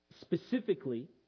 specifically